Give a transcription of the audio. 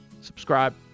Subscribe